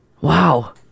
Wow